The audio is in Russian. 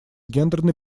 гендерной